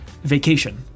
vacation